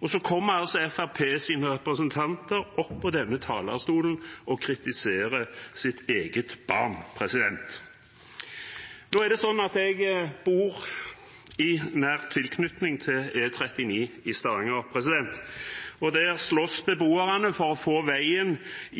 Og så kommer altså Fremskrittspartiets representanter opp på denne talerstolen og kritiserer sitt eget barn. Jeg bor i nær tilknytning til E39 i Stavanger, og der slåss beboerne for å få veien